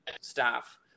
staff